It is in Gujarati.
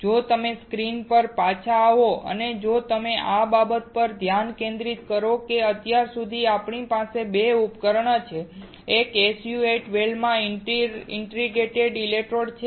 જો તમે સ્ક્રીન પર પાછા આવો અને જો તમે આ બાબત પર ધ્યાન કેન્દ્રિત કરો કે અત્યાર સુધી આપણી પાસે 2 ઉપકરણો છે એક SU 8 વેલમાં ઇન્ટર ડિજિટેટેડ ઇલેક્ટ્રોડ્સ છે